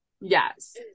Yes